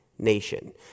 Nation